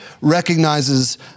recognizes